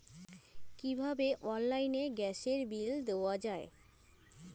কিভাবে অনলাইনে গ্যাসের বিল দেওয়া যায়?